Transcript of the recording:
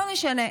לא משנה.